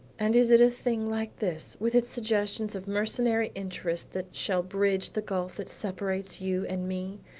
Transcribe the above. and is it a thing like this with its suggestions of mercenary interest that shall bridge the gulf that separates you and me?